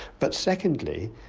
but secondly,